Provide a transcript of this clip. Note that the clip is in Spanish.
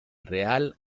real